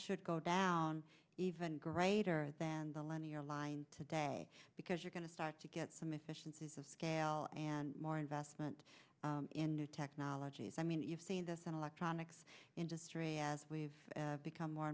should go down even greater than the linear line today because you're going to start to get some efficiencies of scale and more investment in new technologies i mean you've seen the sun electronics industry as we've become more